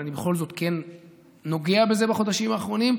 אבל אני בכל זאת כן נוגע בזה בחודשים האחרונים,